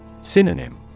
Synonym